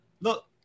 look